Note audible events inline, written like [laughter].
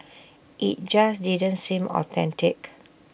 [noise] IT just didn't seem authentic